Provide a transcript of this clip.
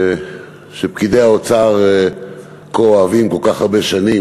שפקידי האוצר כה אוהבים כל כך הרבה שנים,